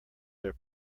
their